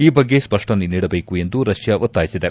ಈ ಬಗ್ಗೆ ಸ್ಪಷ್ಟನೆ ನೀಡಬೇಕು ಎಂದು ರಷ್ಯಾ ಒತ್ತಾಯಿಸಿದೆ